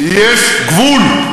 יש גבול.